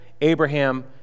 Abraham